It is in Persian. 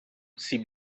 سیب